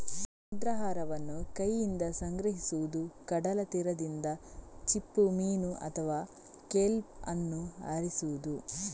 ಸಮುದ್ರಾಹಾರವನ್ನು ಕೈಯಿಂದ ಸಂಗ್ರಹಿಸುವುದು, ಕಡಲ ತೀರದಿಂದ ಚಿಪ್ಪುಮೀನು ಅಥವಾ ಕೆಲ್ಪ್ ಅನ್ನು ಆರಿಸುವುದು